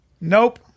Nope